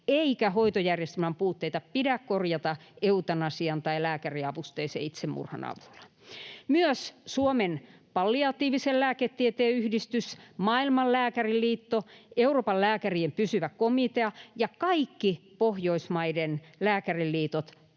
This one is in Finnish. eikä hoitojärjestelmän puutteita pidä korjata eutanasian tai lääkäriavusteisen itsemurhan avulla.” Myös Suomen palliatiivisen lääketieteen yhdistys, Maailman lääkäriliitto, Euroopan lääkärien pysyvä komitea ja kaikki Pohjoismaiden lääkäriliitot